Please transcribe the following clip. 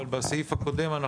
אבל בסעיף הקודם,